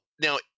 Now